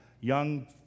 young